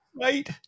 Right